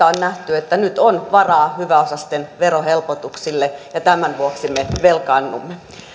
on nähty että nyt on varaa hyväosaisten verohelpotuksille ja tämän vuoksi me velkaannumme